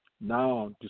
now